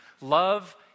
Love